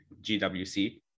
gwc